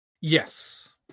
Yes